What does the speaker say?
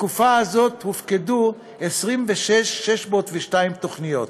בתקופה הזאת הופקדו 26,602 תוכניות,